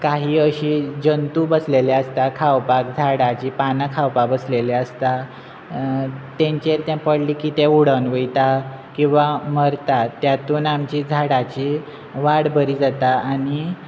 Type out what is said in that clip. काही काही अशी जंतू बसलेली आसता खावपाक झाडाची पानां खावपाक बसलेली आसता तांचेर तें पडले की तें उडून वयता किंवां मरता त्यातून आमची झाडाची वाड बरी जाता आनी